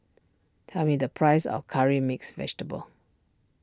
tell me the price of Curry Mixed Vegetable